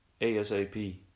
ASAP